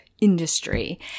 industry